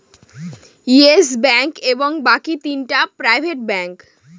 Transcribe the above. yes bank এবং বাকি তিনটা প্রাইভেট ব্যাঙ্ক